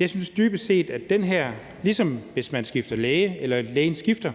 Jeg synes dybest set, at ligesom hvis man skifter læge, eller lægen skifter,